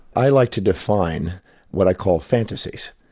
i like to define what i call fantasies,